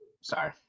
Sorry